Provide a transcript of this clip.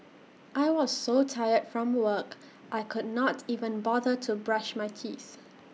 I was so tired from work I could not even bother to brush my teeth